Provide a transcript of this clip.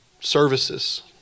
services